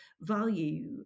value